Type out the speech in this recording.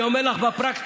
אני אומר לך שבפרקטיקה,